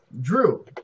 Drew